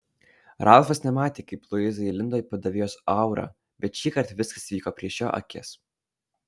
ralfas nematė kaip luiza įlindo į padavėjos aurą bet šįkart viskas įvyko prieš jo akis